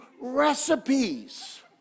recipes